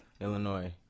Illinois